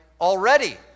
already